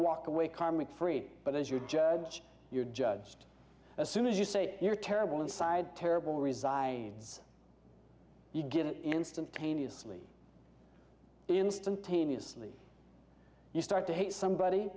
walk away karmic free but as you judge you're judged as soon as you say you're terrible inside terrible resides you give it instantaneously instantaneously you start to hate somebody